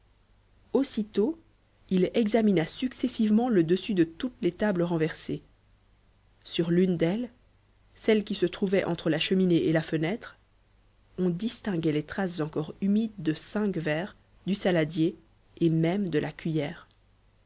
aussitôt il examina successivement le dessus de toutes les tables renversées sur l'une d'elles celle qui se trouvait entre la cheminée et la fenêtre on distinguait les traces encore humides de cinq verres du saladier et même de la cuiller